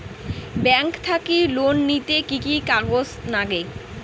Bank থাকি loan নিতে কি কি কাগজ নাগে?